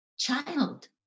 child